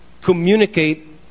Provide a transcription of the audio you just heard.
communicate